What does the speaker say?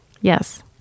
Yes